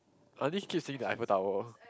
I only keep seeing the Eiffel-Tower